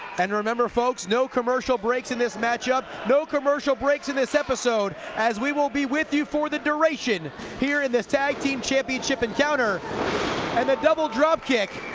and remember folks no commercial breaks in this matchup no commercial breaks in this episode as we will be with you for the duration here in this tag team championship encounter and the double drop kick